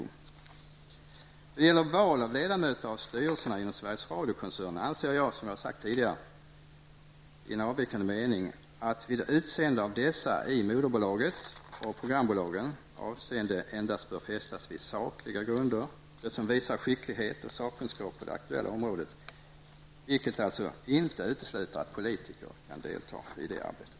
Då det gäller val av ledamöter av styrelserna inom Sveriges Radio-koncernen anser jag, som jag sagt tidigare, i en annan avvikande mening att vid utseende av dessa i moderbolaget och programbolagen avseende endast bör fästas vid sakliga grunder, såsom visad skicklighet och sakkunskap på det aktuella området, vilket alltså inte utesluter att politiker kan delta i det arbetet.